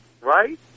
right